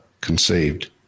conceived